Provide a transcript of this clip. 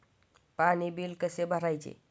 पाणी बिल कसे भरायचे?